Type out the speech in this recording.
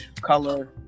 color